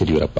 Yediyurappa